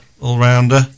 all-rounder